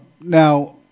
now